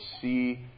see